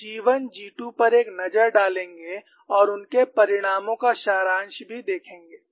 हम G1 G2 पर एक नज़र डालेंगे और उनके परिणामों का सारांश भी देखेंगे